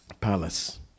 palace